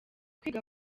kwiga